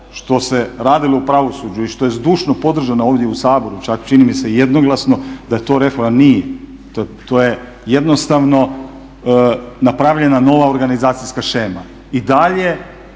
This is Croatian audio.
što se radilo u pravosuđu i što je zdušno podržano ovdje u Saboru čak čini mi se jednoglasno, da je to reforma, nije. To je jednostavno napravljena nova organizacijska shema. I dalje